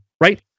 right